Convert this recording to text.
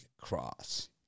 Cross